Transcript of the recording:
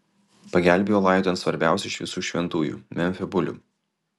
pagelbėjo laidojant svarbiausią iš visų šventųjų memfio bulių